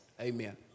amen